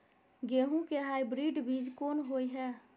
गेहूं के हाइब्रिड बीज कोन होय है?